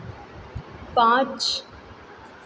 पाँच